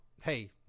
hey